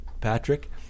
Patrick